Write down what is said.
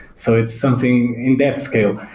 so it's something in that scale.